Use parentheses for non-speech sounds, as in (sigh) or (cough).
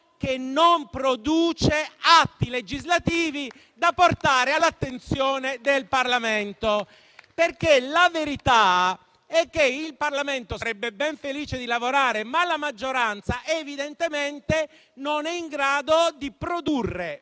che non produce atti legislativi da portare all'attenzione del Parlamento. (applause) Perché la verità è che il Parlamento sarebbe ben felice di lavorare, ma la maggioranza, evidentemente, non è in grado di produrre,